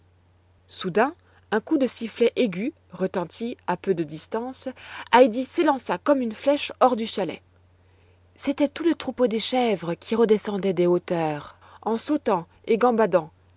soudain un coup de sifflet aigu retentit à peu de distance heidi s'élança comme une flèche hors du chalet c'était tout le troupeau des chèvres qui redescendait des hauteurs en sautant et gambadant